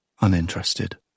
uninterested